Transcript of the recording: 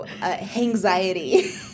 anxiety